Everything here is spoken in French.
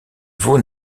veaux